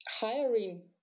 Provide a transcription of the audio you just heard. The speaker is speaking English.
hiring